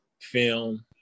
film